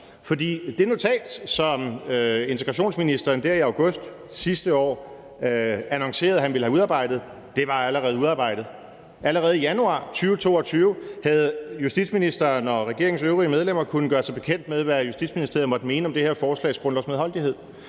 For det notat, som integrationsministeren der i august sidste år annoncerede han ville have udarbejdet, var allerede udarbejdet. Allerede i januar 2022 havde justitsministeren og regeringens øvrige medlemmer kunnet gøre sig bekendt med, hvad Justitsministeriet måtte mene om det her forslags grundlovsmedholdighed,